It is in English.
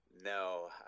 No